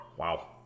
Wow